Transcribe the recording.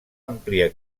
ampliar